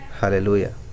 Hallelujah